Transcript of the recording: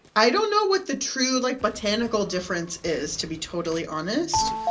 i don't know what the true like botanical difference is, to be totally honest.